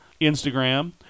Instagram